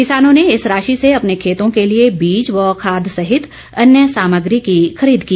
किसानों ने इस राशि से अपने खेतों के लिए बीज व खाद सहित अन्य सामग्री की खरीद की